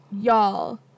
y'all